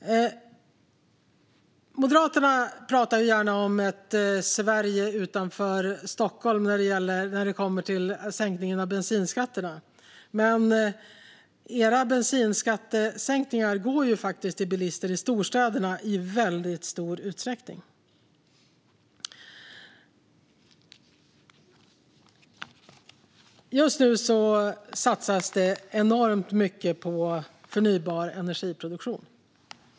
Moderaterna pratar gärna om Sverige utanför Stockholm när det kommer till sänkningen av bensinskatterna, men era bensinskattesänkningar går ju faktiskt i väldigt stor utsträckning till bilister i storstäderna. Just nu satsas det enormt mycket på produktion av förnybar energi.